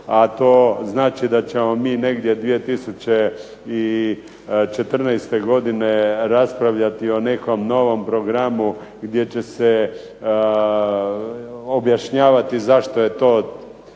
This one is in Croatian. a to znači da ćemo mi negdje 2014. godine raspravljati o nekom novom programu gdje će se objašnjavati zašto je to tijelo